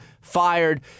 fired